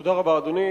תודה רבה, אדוני.